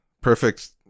Perfect